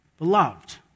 beloved